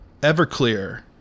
Everclear